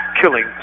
killing